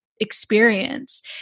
experience